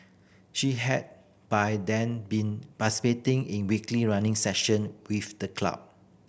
she had by then been participating in weekly running session with the club